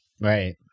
Right